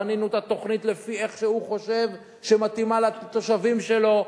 בנינו את התוכנית לפי מה שהוא חשב שמתאים לתושבים שלו,